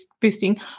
boosting